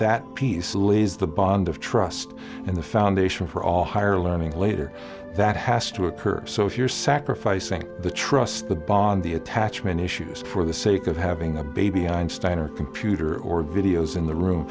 that piece lays the bond of trust in the foundation for all higher learning later that has to occur so if you're sacrificing the trust the bond the attachment issues for the sake of having a baby einstein or computer or videos in the room